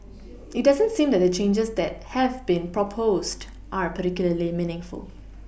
it doesn't seem that the changes that have been proposed are particularly meaningful